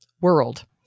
world